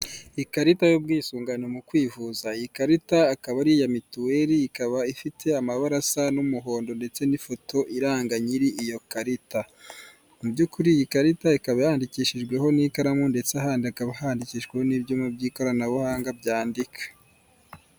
Ikarita y'ubwisungane mu kwivuza, iyi karita akaba ari iya mituweli, ikaba ifite amabara asa n'umuhondo ndetse n'ifoto iranga nyiri iyo karita. Mu by'ukuri iyi karita ikaba yandikishijweho n'ikaramu ndetse ahandi hakaba handikishijweho n'ikaramu ndetse ahandi hakaba handikishijweho n'ibyuma by'ikoranabuhanga byandika.